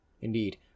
Indeed